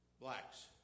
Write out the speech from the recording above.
blacks